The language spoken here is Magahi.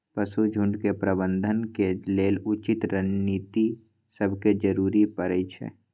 पशु झुण्ड के प्रबंधन के लेल उचित रणनीति सभके जरूरी परै छइ